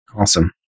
Awesome